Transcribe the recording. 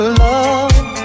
love